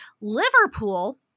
Liverpool